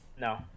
no